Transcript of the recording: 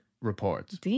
reports